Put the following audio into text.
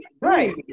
Right